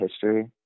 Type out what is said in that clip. history